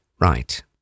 Right